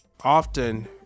Often